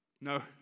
No